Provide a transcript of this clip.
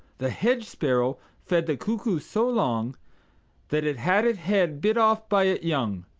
the hedge-sparrow fed the cuckoo so long that it had it head bit off by it young.